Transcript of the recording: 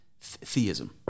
theism